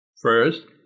First